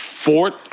Fourth